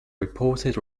reported